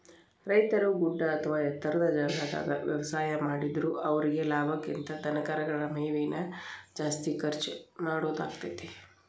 ರೈತರು ಗುಡ್ಡ ಅತ್ವಾ ಎತ್ತರದ ಜಾಗಾದಾಗ ವ್ಯವಸಾಯ ಮಾಡಿದ್ರು ಅವರೇಗೆ ಲಾಭಕ್ಕಿಂತ ಧನಕರಗಳ ಮೇವಿಗೆ ನ ಜಾಸ್ತಿ ಖರ್ಚ್ ಮಾಡೋದಾಕ್ಕೆತಿ